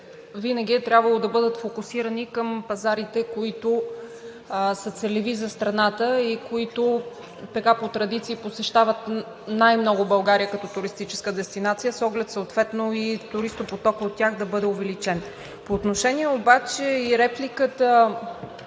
винаги е трябвало да бъдат фокусирани към пазарите, които са целеви за страната и които по традиция посещават най-много България като туристическа дестинация, с оглед и туристопотокът от тях да бъде увеличен. По отношение обаче – и репликата